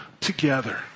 together